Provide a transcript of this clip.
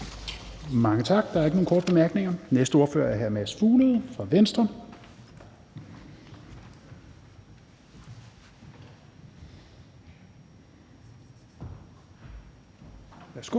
Mange tak. Der er ikke nogen korte bemærkninger. Den næste ordfører er hr. Mads Fuglede fra Venstre. Værsgo.